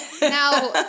Now